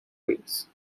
wales